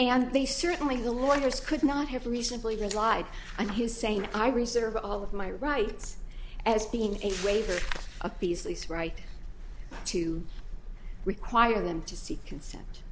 and they certainly the lawyers could not have reasonably relied on his saying i reserve all of my rights as being a waiver of these lease right to require them to seek consent